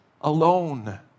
alone